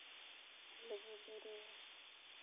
ᱞᱩᱜᱩᱼᱵᱩᱨᱩ